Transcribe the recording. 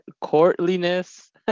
Courtliness